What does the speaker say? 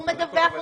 הוא מדווח לכם?